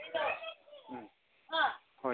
ꯎꯝ ꯍꯣꯏ